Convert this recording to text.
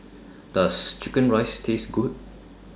Does Chicken Rice Taste Good